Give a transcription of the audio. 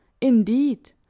Indeed